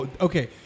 Okay